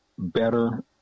better